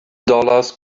dollars